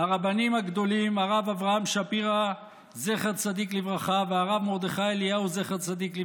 הרבנים הגדולים הרב אברהם שפירא זצ"ל והרב מרדכי אליהו זצ"ל,